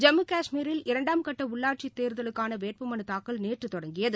ஜம்மு கஷ்மீரில் இரண்டாம் கட்டஉள்ளாட்சிதேர்தலுக்கானவேட்புமலுதாக்கல் நேற்றுதொடங்கியது